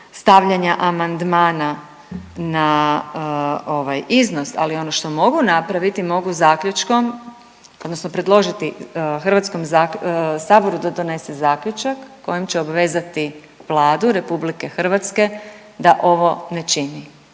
stavljanja amandmana na ovaj iznos, ali ono što mogu napraviti mogu zaključkom, odnosno predložiti Hrvatskom saboru da donese zaključak kojim će obvezati Vladu Republike Hrvatske da ovo ne čini.